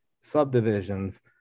subdivisions